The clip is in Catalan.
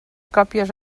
còpies